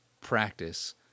practice